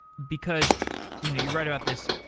because you know you write about this.